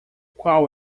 qual